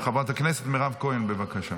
חברת הכנסת מירב כהן, בבקשה.